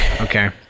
Okay